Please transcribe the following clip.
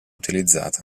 utilizzato